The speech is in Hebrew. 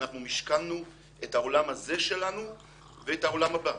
אנחנו משכנו את העולם הזה שלנו ואת העולם הבא.